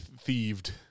thieved